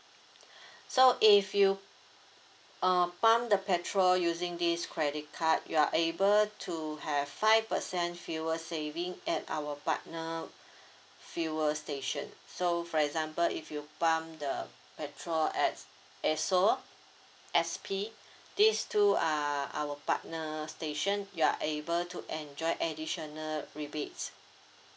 so if you uh pump the petrol using this credit card you are able to have five percent fuel saving at our partner fuel station so for example if you pump the petrol at esso S_P these two are our partner station you are able to enjoy additional rebates